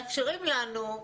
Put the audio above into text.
מאפשרים לנו,